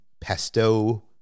pesto